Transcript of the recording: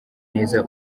neza